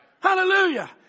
Hallelujah